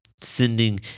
sending